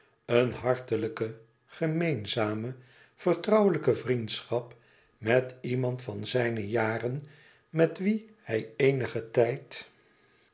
een hartelijke gemeenzame vertrouwelijke vriendschap met iemand van zijne jaren met wien hij eenigen tijd